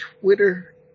Twitter